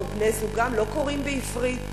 או בני-זוגן לא קוראים בעברית?